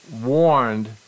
warned